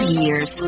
years